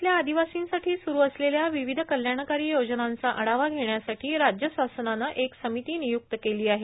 राज्यातल्या आदिवासींसाठी सुरू असलेल्या विविध कल्याणकारी योजनांचा आढावा घेण्यासाठी राज्य शासनानं एक समिती निय्रक्त केली आहे